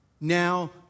now